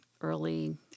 early